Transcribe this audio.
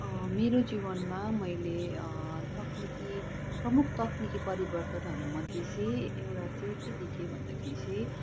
मेरो जीवनमा मैले कति के प्रमुख तक्निकी परिवर्तनहरूमध्ये चाहिँ एउटा के चाहिँ देखेँ भन्दाखेरि चाहिँ